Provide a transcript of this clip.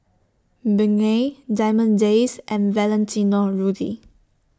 Bengay Diamond Days and Valentino Rudy